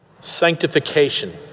Sanctification